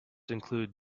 include